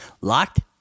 Locked